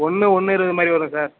ஒன்று ஒன்று இருபது மாதிரி வரும் சார்